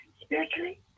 Spiritually